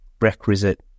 requisite